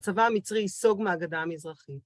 הצבא המצרי ייסוג מהגדה המזרחית